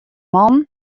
man